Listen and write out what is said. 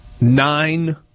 Nine